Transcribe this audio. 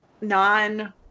non-